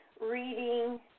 reading